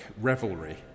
revelry